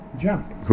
jump